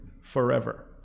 forever